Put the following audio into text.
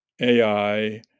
AI